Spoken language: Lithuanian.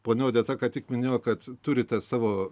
ponia odeta ką tik minėjo kad turite savo